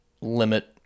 limit